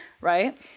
right